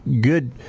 good